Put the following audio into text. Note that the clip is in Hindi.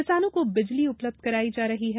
किसानों को बिजली उपलब्ध कराई जा रही है